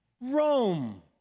Rome